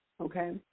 okay